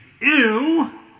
ew